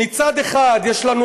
מצד אחד יש לנו,